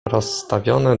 rozstawione